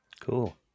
cool